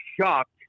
shocked